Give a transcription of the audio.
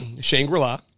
Shangri-La